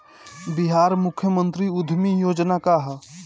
बिहार मुख्यमंत्री उद्यमी योजना का है?